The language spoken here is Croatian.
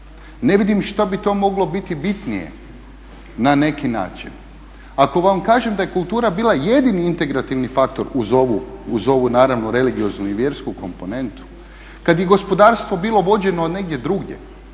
Ne vidim što bi to moglo biti bitnije na neki način. Ako vam kažem da je kultura bila jedini integrativni faktor uz ovu naravno religioznu i vjersku komponentu, kad je gospodarstvo bilo vođeno negdje drugdje,